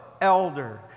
elder